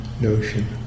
notion